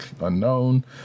unknown